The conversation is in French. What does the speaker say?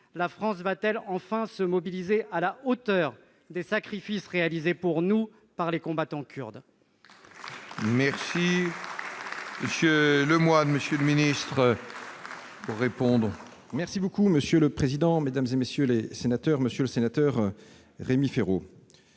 La France va-t-elle enfin se mobiliser à la hauteur des sacrifices réalisés pour nous par les combattants kurdes ?